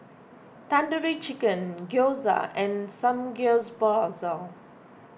Tandoori Chicken Gyoza and Samgyeopsal